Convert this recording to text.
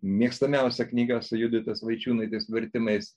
mėgstamiausia knyga su juditos vaičiūnaitės vertimais